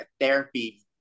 therapy